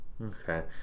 Okay